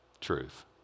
truth